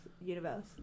universe